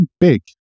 big